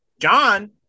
John